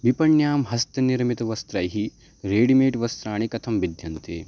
विपण्यां हस्तनिर्मितवस्त्रैः रेडिमेड् वस्त्राणि कथं भिद्यन्ते